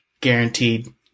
guaranteed